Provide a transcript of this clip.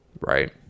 Right